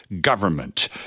government